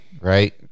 right